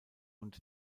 und